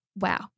Wow